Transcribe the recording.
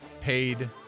paid